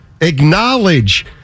acknowledge